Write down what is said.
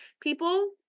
people